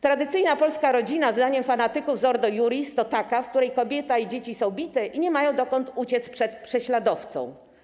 Tradycyjna polska rodzina zdaniem fanatyków z Ordo Iuris to taka, w której kobieta i dzieci są bite i nie mają dokąd uciec przed prześladowcą.